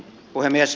puhemies